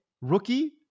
rookie